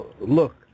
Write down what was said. look